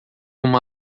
uma